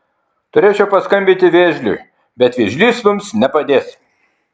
turėčiau paskambinti vėžliui bet vėžlys mums nepadės